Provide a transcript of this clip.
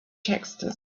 texts